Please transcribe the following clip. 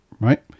right